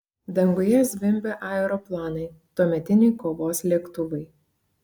danguje zvimbė aeroplanai tuometiniai kovos lėktuvai